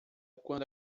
quando